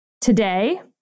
today